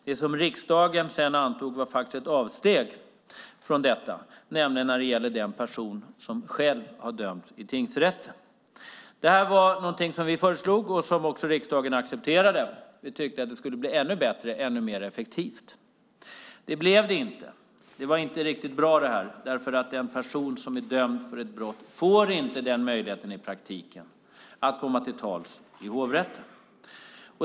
Det som riksdagen sedan antog var faktiskt ett avsteg från detta, nämligen när det gäller den person som själv har dömts i tingsrätten. Detta var någonting som vi föreslog och som också riksdagen accepterade. Vi tyckte att det skulle bli ännu bättre och ännu mer effektivt. Det blev det inte. Detta var inte riktigt bra därför att den person som är dömd för ett brott får i praktiken inte denna möjlighet att komma till tals i hovrätten.